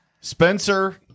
Spencer